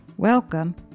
Welcome